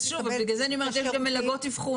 אז שוב, בגלל זה אני אומרת שיש גם מלגות אבחון.